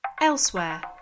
Elsewhere